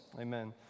Amen